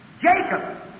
Jacob